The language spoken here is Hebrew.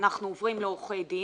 אנחנו עוברים לעורכי דין.